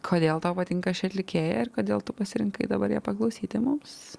kodėl tau patinka ši atlikėja ir kodėl tu pasirinkai dabar ją paklausyti mums